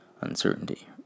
uncertainty